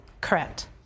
Correct